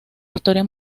historia